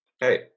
Hey